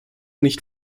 nicht